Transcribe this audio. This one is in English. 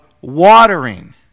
watering